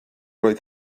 oedd